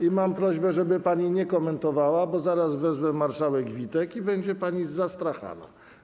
I mam prośbę, żeby pani nie komentowała, bo zaraz wezwę marszałek Witek i będzie pani zastrachana.